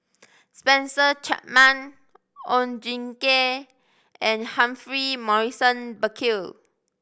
Spencer Chapman Oon Jin Gee and Humphrey Morrison Burkill